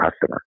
customer